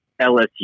LSU